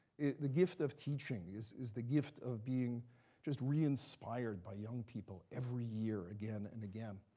the gift of teaching is is the gift of being just re-inspired by young people every year, again and again.